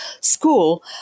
School